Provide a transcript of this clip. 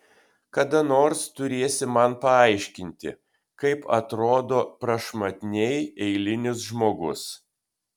kada nors turėsi man paaiškinti kaip atrodo prašmatniai eilinis žmogus